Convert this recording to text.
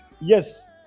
Yes